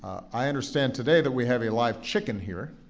i understand today that we have a live chicken here,